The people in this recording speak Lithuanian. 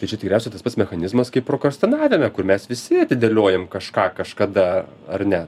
tai čia tikriausiai tas pats mechanizmas kaip prokrastionavime kur mes visi atidėliojam kažką kažkada ar ne